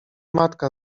matka